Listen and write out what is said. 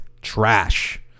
trash